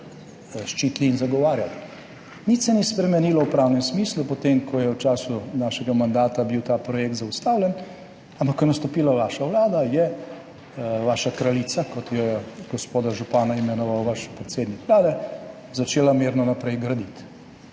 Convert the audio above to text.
ščitili in zagovarjali. Nič se ni spremenilo v pravnem smislu, potem ko je v času našega mandata bil ta projekt zaustavljen, ampak ko je nastopila vaša vlada, je vaša kraljica, kot je gospoda župana imenoval vaš predsednik Vlade, začela mirno naprej graditi